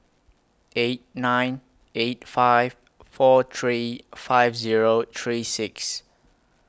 eight nine eight five four three five Zero three six